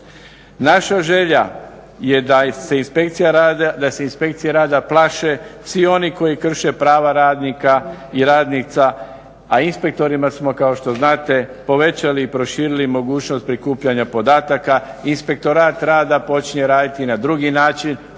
Naša želja je da se inspekcije rada plaše svi oni koji krše prava radnika i radnica a inspektorima smo kao što znate povećali i proširili mogućnost prikupljanja podataka. Inspektorat rada počinje raditi na drugi način,